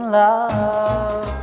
love